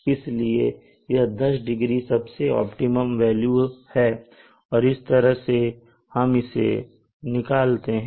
इसलिए यह 10 डिग्री सबसे ऑप्टिमम वेल्यू है और इस तरह से हम इसे निकालते हैं